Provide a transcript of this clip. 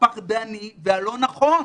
הפחדני והלא נכון,